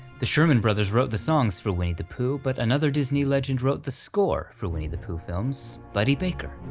the sherman brothers wrote the songs for winnie the pooh, but another disney legend wrote the score for the winnie the pooh films, buddy baker.